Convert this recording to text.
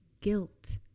guilt